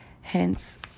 hence